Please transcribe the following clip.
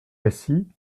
rsi